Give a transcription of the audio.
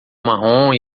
marrom